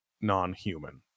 non-human